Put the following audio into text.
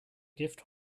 gift